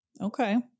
Okay